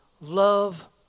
love